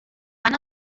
fan